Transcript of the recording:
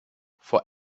for